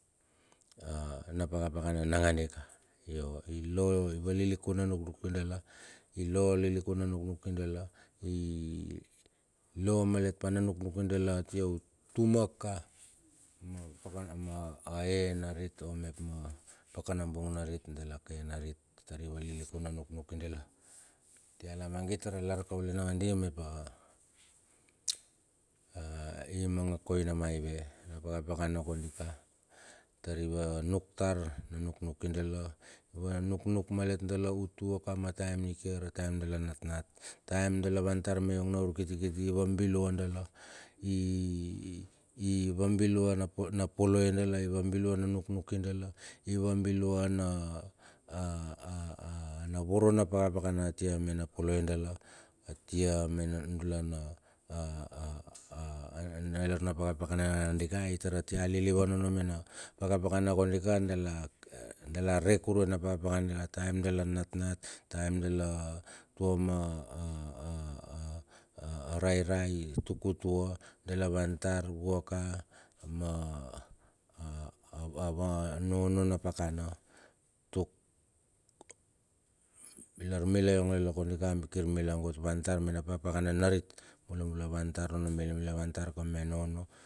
A na pakapakana nagandika yo i lo, iva lilikun na nuknuki dala, i lo lilikun na nuknuki dala, i lo malet pa na nuknuki dala a tia, utumaka. Ma ea narit mep ma pakana bung dala ke narit tar i valilikunna nuknuki dala. Atia lamagit tar a lar kaule nangandi mep a i maga koina maive, na pakapakana kodika tar i vanuk tar na nuknuki dala, i va nuknuk malet dala utuaka ma taem nikiar a tarm dala natnat, ataem dala van tar me na yong na urkitikiti i vabilua dala, i i vabilua na polo na poloe dala, i vabilua na nuknuki dala, i vabilua na aaa na voro na pakapakana a tia me na poloi dala, atia mena nudala a a a a ilar na pakapakana nagandika. Ai tar a tia lilivan onno mena pakapakana kondika dala, dala re kurue na pakapakana taem dala natnat taem dala tua ma a a a a a rairai tuk utua dala van tar vuaka ma ava a a nono na pakana tuk larmila yong lala kondika kir mila kot van tar me na pakapakana narit, mula mula van tar onno, mila mila van tar ka me nono.